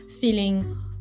feeling